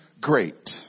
great